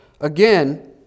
again